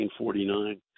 1949